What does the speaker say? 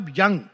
young